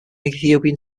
ethiopian